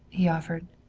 he offered.